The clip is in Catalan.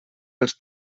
els